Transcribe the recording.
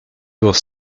was